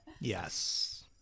Yes